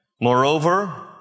Moreover